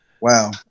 Wow